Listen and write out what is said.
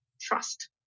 trust